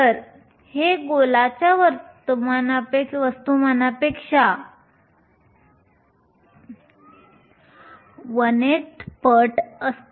तर हे गोलाच्या वस्तुमानपेक्षा 18th पट असते